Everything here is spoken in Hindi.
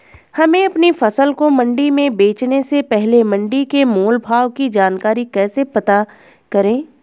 हमें अपनी फसल को मंडी में बेचने से पहले मंडी के मोल भाव की जानकारी कैसे पता करें?